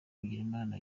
bigirimana